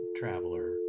traveler